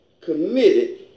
committed